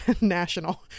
National